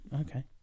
okay